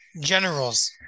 generals